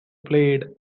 played